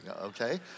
okay